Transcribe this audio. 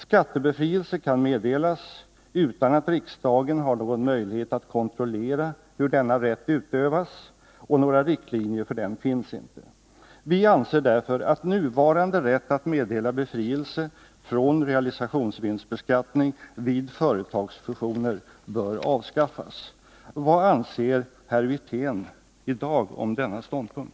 Skattebefrielse kan meddelas utan att riksdagen har någon möjlighet att kontrollera hur denna rätt utövas, och några riktlinjer för den finns inte. Vi anser därför att nuvarande rätt att meddela befrielse från realisationsvinstbeskattning vid företagsfusioner bör avskaffas.” Vad anser herr Wirtén i dag om denna ståndpunkt?